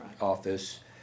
office